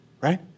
Right